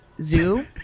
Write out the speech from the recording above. Zoo